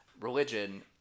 religion